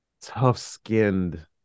tough-skinned